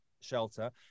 shelter